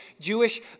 Jewish